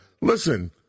Listen